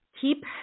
keep